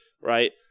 right